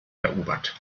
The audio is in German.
erobert